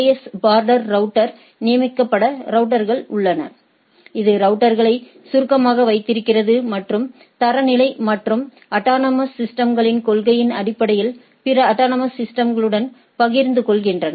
S border router நியமிக்கப்பட்ட router ஆக உள்ளது இது தகவல்களை சுருக்கமாக வைத்திருக்கிறது மற்றும் தரநிலை மற்றும் அட்டானமஸ் சிஸ்டம்களின் கொள்கையின் அடிப்படையில் பிற அட்டானமஸ் சிஸ்டம்களுடன் பகிர்ந்து கொள்கிறது